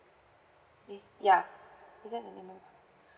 yup